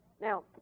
Now